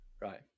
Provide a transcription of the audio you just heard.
Right